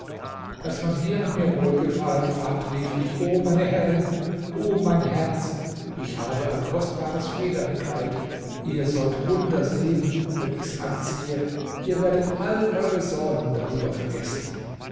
als man hier an mir wohlgefallen fand rief ich o meine herrin o mein herz ich habe ein kostbares federnkleid ihr sollt wunder sehen wenn ich's anziehe ihr werdet alle eure sorgen darüber vergessen